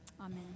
amen